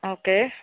okay